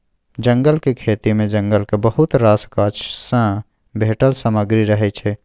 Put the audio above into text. जंगलक खेती मे जंगलक बहुत रास गाछ सँ भेटल सामग्री रहय छै